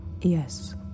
Yes